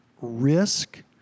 risk